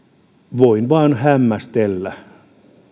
voin vain hämmästellä